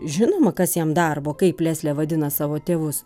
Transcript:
žinoma kas jam darbo kaip leslė vadina savo tėvus